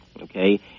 okay